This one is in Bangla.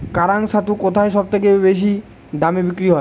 কাড়াং ছাতু কোথায় সবথেকে বেশি দামে বিক্রি হয়?